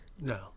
No